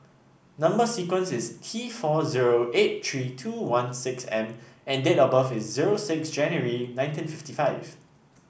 number sequence is T four zero eight three two one six M and date of birth is zero six January nineteen fifty five